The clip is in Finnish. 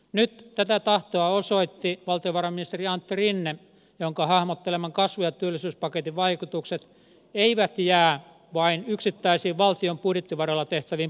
nyt tätä tahtoa osoitti valtiovarainministeri antti rinne jonka hahmotteleman kasvu ja työllisyyspaketin vaikutukset eivät jää vain yksittäisiin valtion budjettivaroilla tehtäviin panostuksiin